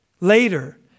later